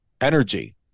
energy